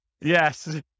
yes